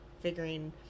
figuring